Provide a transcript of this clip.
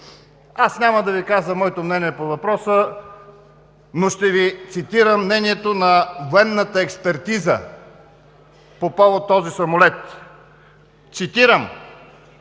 Аз няма да Ви казвам моето мнение по въпроса, но ще Ви цитирам мнението на военната експертиза по повод този самолет. Цитирам: